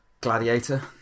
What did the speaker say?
Gladiator